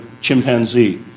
chimpanzee